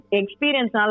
experience